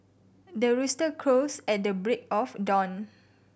the rooster crows at the break of dawn